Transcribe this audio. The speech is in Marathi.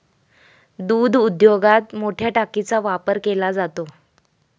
दूध उद्योगात मोठया टाकीचा वापर केला जातो